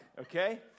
okay